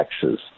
taxes